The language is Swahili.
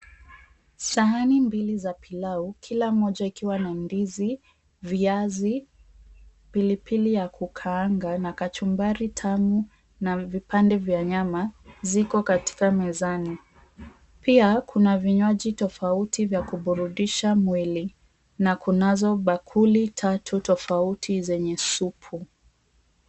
Sahani mbili za pilau kila moja ikiwa na ndizi, viazi, pilipili ya kukaanga na kachumbari tamu na vipande vya nyama ziko katika mezani, pia kuna vinywaji tofauti vya kuburudisha mwili na kunazo bakuli tatu tofauti zenye supu.